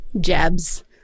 jabs